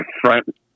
front